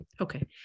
Okay